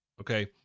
okay